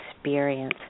experience